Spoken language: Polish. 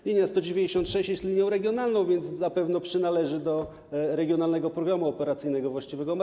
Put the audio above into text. Linia nr 196 jest linią regionalną, więc na pewno przynależy do regionalnego programu operacyjnego właściwego marszałka.